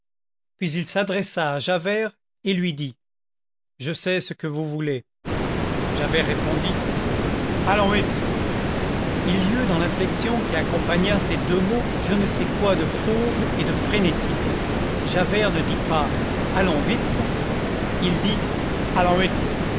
il s'adressa à javert et lui dit je sais ce que vous voulez javert répondit allons vite il y eut dans l'inflexion qui accompagna ces deux mots je ne sais quoi de fauve et de frénétique javert ne dit pas allons vite il dit